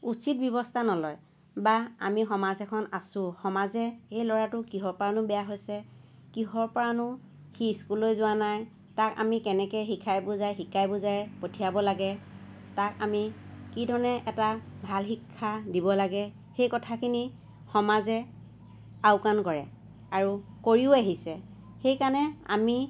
উচিত ব্যৱস্থা নলয় বা আমি সমাজ এখন আছোঁ সমাজে সেই ল'ৰাটো কিহৰ পৰানো বেয়া হৈছে কিহৰ পৰানো সি স্কুললৈ যোৱা নাই তাক আমি কেনেকে শিকাই বুজাই শিকাই বুজাই পঠিয়াব লাগে তাক আমি কি ধৰণে এটা ভাল শিক্ষা দিব লাগে সেই কথাখিনি সমাজে আওকান কৰে আৰু কৰিও আহিছে সেইকাৰণে আমি